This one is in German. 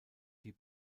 die